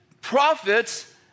prophets